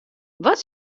wat